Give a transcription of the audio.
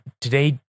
today